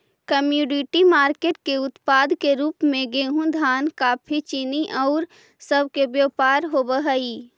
commodity market के उत्पाद के रूप में गेहूं धान कॉफी चीनी औउर सब के व्यापार होवऽ हई